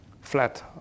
flat